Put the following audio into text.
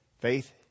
Faith